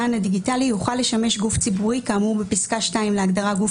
המען הדיגיטלי יוכל לשמש גוף ציבורי כאמור בפסקה (2) להגדרה "גוף